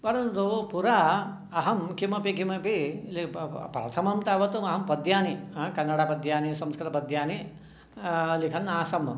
परन्तु पुरा अहं किमपि किमपि प्रथमन्तावत् अहं पद्यानि कन्नडपद्यानि संस्कृतपद्यानि लिखन् आसम्